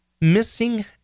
missing